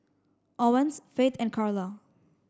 Owens Faith and Karla